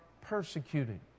persecuted